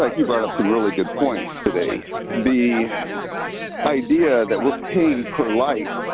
like he brought up some really good points today. the idea that we're paying per light